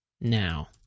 now